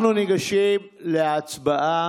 אנחנו ניגשים להצבעה.